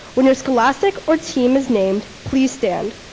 when your scholastic or team is named, please stand.